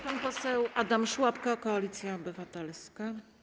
Pan poseł Adam Szłapka, Koalicja Obywatelska.